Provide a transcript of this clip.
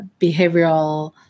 behavioral